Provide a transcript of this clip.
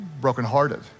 brokenhearted